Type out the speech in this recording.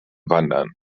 wandern